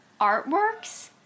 artworks